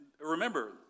remember